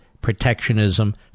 protectionism